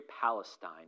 Palestine